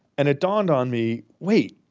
and it dawned on me, wait,